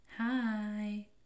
hi